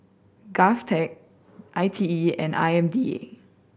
GovTech I T E and I M D A